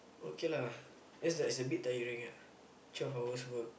okay lah just that it's a bit tiring ah twelve hours work